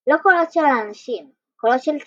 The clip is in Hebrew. לא קולות של אנשים — קולות של צפרדעים.